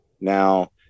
Now